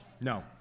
No